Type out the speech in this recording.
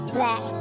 Black